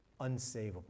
Unsavable